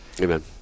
Amen